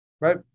right